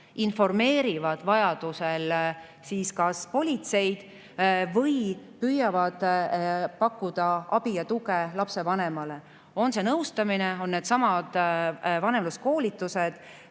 informeerivad vajadusel politseid või püüavad pakkuda abi ja tuge lapsevanemale, on see nõustamine, on need vanemluskoolitused.